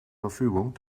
verfügung